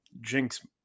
jinx